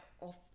off